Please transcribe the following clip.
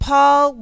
Paul